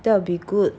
that would be good